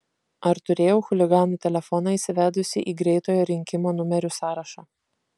ar turėjau chuliganų telefoną įsivedusi į greitojo rinkimo numerių sąrašą